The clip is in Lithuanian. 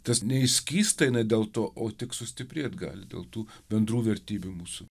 tas neišskysta jinai dėl to o tik sustiprėt gali dėl tų bendrų vertybių mūsų